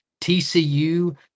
TCU